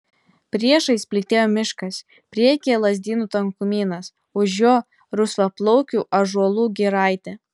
priešais plytėjo miškas priekyje lazdynų tankumynas už jo rusvaplaukių ąžuolų giraitė